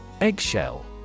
Eggshell